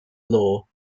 law